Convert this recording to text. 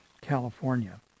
California